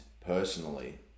personally